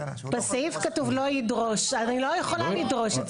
לפי מה שכתוב בסעיף אני לא יכול לדרוש.